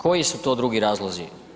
Koji su to drugi razlozi?